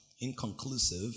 inconclusive